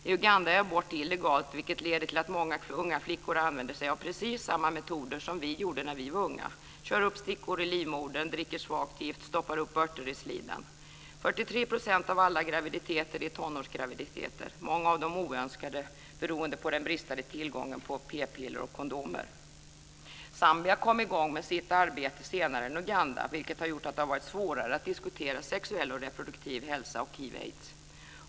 I Uganda är abort illegal, vilket leder till att många unga flickor använder sig av precis samma metoder som vi gjorde när vi var unga: kör upp stickor i livmodern, dricker svagt gift, stoppar upp örter i slidan. 43 % av alla graviditeter är tonårsgraviditeter, många av dem oönskade, beroende på den bristande tillgången på p-piller och kondomer. Zambia kom i gång med sitt arbete senare än Uganda, vilket har gjort att det varit svårare att diskutera sexuell och reproduktiv hälsa och hiv/aids.